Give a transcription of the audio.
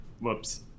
Whoops